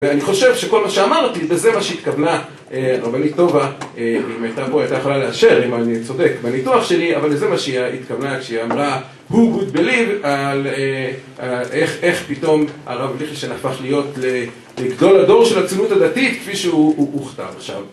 ואני חושב שכל מה שאמרתי, וזה מה שהתכוונה הרבנית טובה, אם הייתה פה, היא הייתה יכולה לאשר, אם אני צודק בניתוח שלי, אבל זה מה שהתקבלה כשהיא אמרה, who could believe, על איך פתאום הרב ליכטינדטיין הפך להיות לגדול הדור של הצינות הדתית, כפי שהוא הוכתר עכשיו.